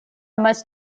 must